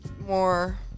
more